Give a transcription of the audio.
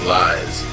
lies